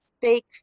fake